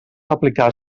aplicar